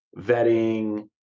vetting